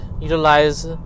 utilize